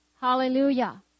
Hallelujah